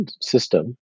system